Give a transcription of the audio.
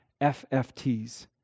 FFTs